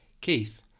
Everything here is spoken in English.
Keith